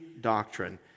doctrine